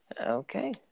Okay